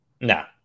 No